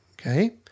Okay